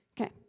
Okay